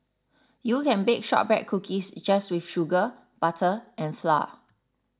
you can bake Shortbread Cookies just with sugar butter and flour